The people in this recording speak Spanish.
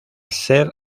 ser